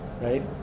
Right